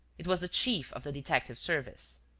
it was the chief of the detective-service.